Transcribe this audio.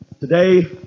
Today